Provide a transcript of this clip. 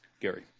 Gary